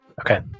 Okay